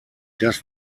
das